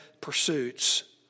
pursuits